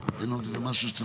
מי שאומר לו מה יותר טוב ממה,